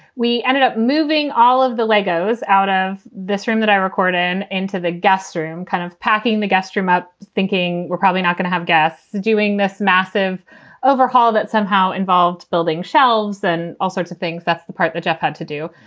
we ended up moving all of the legos out of this room that i recorded in into the guestroom, kind of packing the guestroom out, thinking we're probably not going to have guests doing this massive overhaul that somehow involved building shelves and all sorts of things. that's the part that jeff had to do.